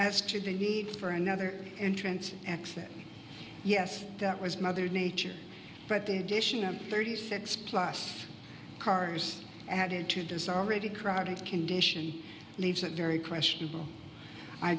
as to the need for another entrance exit yes that was mother nature but the addition of thirty six plus cars added to disarm ready crowded condition leaves that very questionable i